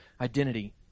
identity